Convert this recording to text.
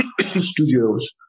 studios